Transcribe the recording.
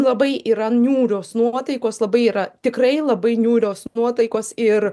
labai yra niūrios nuotaikos labai yra tikrai labai niūrios nuotaikos ir